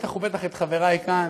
בטח ובטח את חברי כאן,